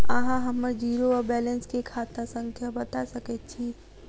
अहाँ हम्मर जीरो वा बैलेंस केँ खाता संख्या बता सकैत छी?